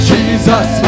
Jesus